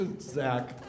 Zach